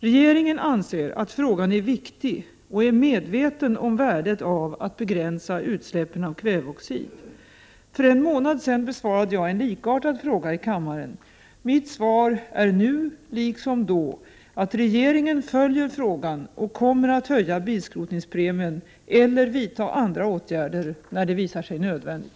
Regeringen anser att frågan är viktig och är medveten om värdet av att begränsa utsläppen av kväveoxid. För en månad sedan besvarade jag en likartad fråga i kammaren. Mitt svar är nu liksom då, att regeringen följer frågan och kommer att höja bilskrotningspremien eller vidta andra åtgärder när det visar sig nödvändigt.